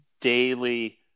daily